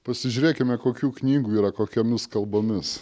pasižiūrėkime kokių knygų yra kokiomis kalbomis